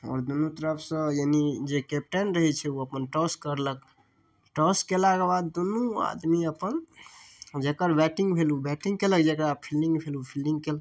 आओर दुनू तरफसँ यानी जे कैप्टन रहै छै ओ अपन टॉस करलक टॉस कयलाके बाद दुनू आदमी अपन जकर बैटिंग भेल उ बैटिंग कयलक जकरा फील्डिंग भेल उ फील्डिंग कयलक